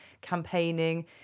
campaigning